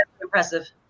impressive